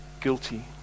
Guilty